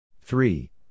three